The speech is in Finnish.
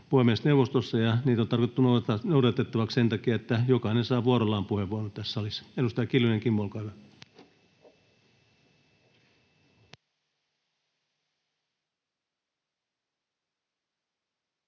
puhemiesneuvostossa ja ne on tarkoitettu noudatettaviksi sen takia, että jokainen saa vuorollaan puheenvuoron tässä salissa. — Edustaja Kiljunen, Kimmo, olkaa hyvä.